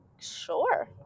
sure